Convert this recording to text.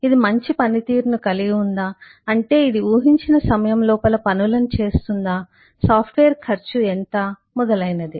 ఇది మంచి పనితీరును కలిగి ఉందా అంటే అది ఊహించిన సమయం లోపల పనులను చేస్తుందా సాఫ్ట్వేర్ ఖర్చు ఎంత మొదలైనది